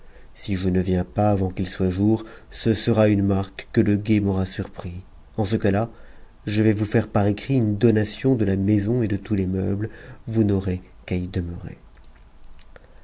si je ne viens pas m qu'il soit jour ce sera une marque que le guet m'aura surpris en j la je vais vous faire par écrit une donation de la maison et de tous subies vous n'aurez qu'à y demeurer